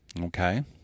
Okay